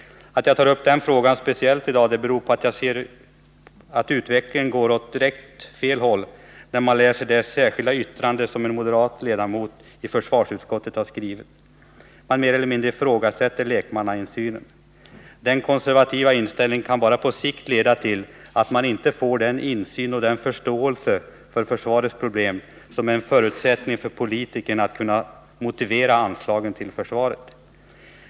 Att jag tar upp den frågan speciellt i dag beror på att jag ser utvecklingen gå direkt åt fel håll, när jag läser det särskilda yttrande som en moderat ledamot i försvarsutskottet skrivit. Han mer eller mindre ifrågasätter lekmannainsynen. Den konservativa inställningen kan på sikt bara leda till att man inte får den insyn och den förståelse för försvarets problem som är en förutsättning för att politikerna skall kunna motivera anslagen till försvaret.